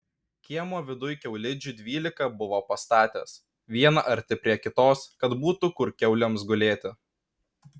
kiemo viduj kiaulidžių dvylika buvo pastatęs vieną arti prie kitos kad būtų kur kiaulėms gulėti